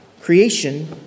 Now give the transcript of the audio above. creation